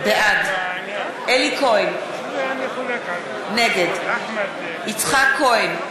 בעד אלי כהן, נגד יצחק כהן,